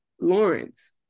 Lawrence